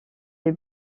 les